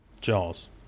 Jaws